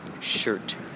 shirt